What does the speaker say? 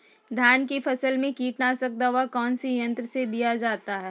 धान की फसल में कीटनाशक दवा कौन सी यंत्र से दिया जाता है?